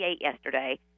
yesterday